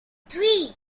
three